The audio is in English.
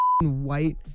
white